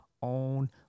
on